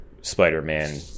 Spider-Man